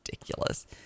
ridiculous